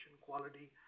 quality